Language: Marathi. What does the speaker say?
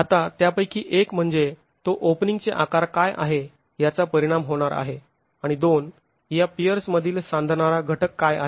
आता त्यापैकी एक म्हणजे तो ओपनिंग चे आकार काय आहे याचा परिणाम होणार आहे आणि दोन या पियर्समधील सांधणारा घटक काय आहे